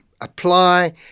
apply